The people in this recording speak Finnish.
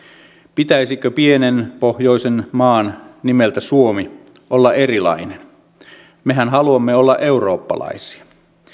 pitäisikö pienen pohjoisen maan nimeltä suomi olla erilainen mehän haluamme olla eurooppalaisia